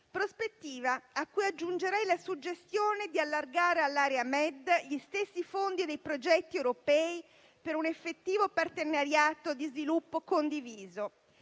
Prospettiva a cui aggiungerei la suggestione di allargare all'area MED gli stessi fondi dei progetti europei per un effettivo partenariato di sviluppo condiviso.